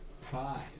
Five